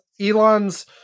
Elon's